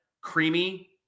creamy